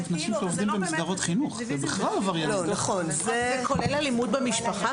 זה כולל אלימות במשפחה?